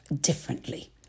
differently